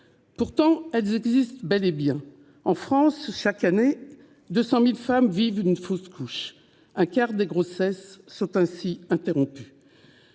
couches existent bel et bien. En France, chaque année, 200 000 femmes en vivent une. Un quart des grossesses sont ainsi interrompues.